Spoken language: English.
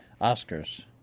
Oscars